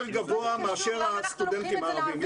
יותר גבוה מאשר הסטודנטים הערבים.